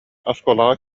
оскуолаҕа